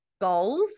goals